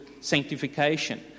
sanctification